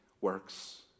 works